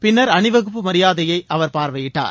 பின்னர் அணிவகுப்பு மரியாதையை அவர் பார்வையிட்டார்